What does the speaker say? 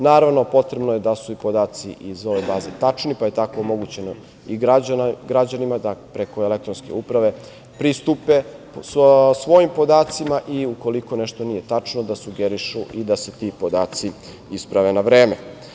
Naravno potrebno je da su i podaci iz ove baze tačni, pa tako je omogućeno i građanima da preko e-uprave pristupe svojim podacima i ukoliko nešto nije tačno, da sugerišu i da se ti podaci isprave na vreme.